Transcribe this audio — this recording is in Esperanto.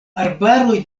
arbaroj